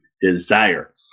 desire